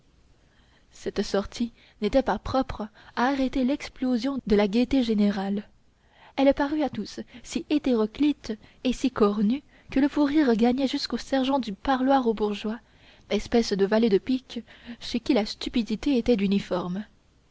cette sortie n'était pas propre à arrêter l'explosion de la gaieté générale elle parut à tous si hétéroclite et si cornue que le fou rire gagna jusqu'aux sergents du parloir aux bourgeois espèce de valets de pique chez qui la stupidité était d'uniforme